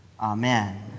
Amen